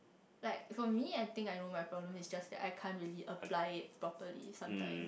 like for me I think I know my problem is just I can't really apply it properly sometimes